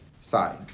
side